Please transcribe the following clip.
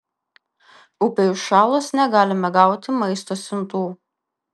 upei užšalus negalime gauti maisto siuntų